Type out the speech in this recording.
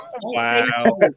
Wow